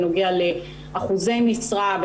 בנוגע לאחוזי משרה,